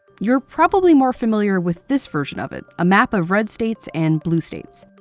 you're probably more familiar with this version of it a map of red states, and blue states.